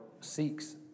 seeks